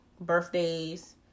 Birthdays